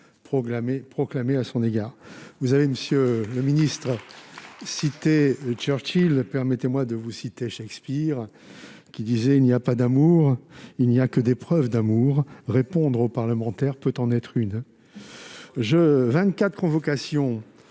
proclamé à son endroit. Monsieur le ministre, vous avez cité Churchill. Permettez-moi de vous citer Shakespeare :« Il n'y a pas d'amour ; il n'y a que des preuves d'amour. » Répondre aux parlementaires peut en être une.